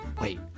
wait